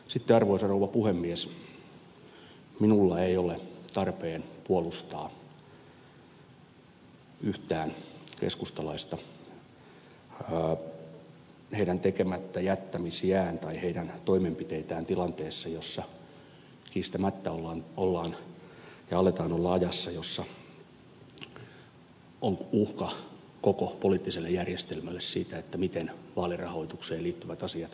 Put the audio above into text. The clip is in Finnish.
sitten arvoisa rouva puhemies minun ei ole tarpeen puolustaa yhtään keskustalaista heidän tekemättä jättämisiään tai heidän toimenpiteitään tilanteessa jossa kiistämättä ollaan ja aletaan olla ajassa jossa on uhka koko poliittiselle järjestelmälle siinä miten vaalirahoitukseen liittyvät asiat käsitellään